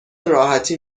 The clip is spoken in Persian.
راحتی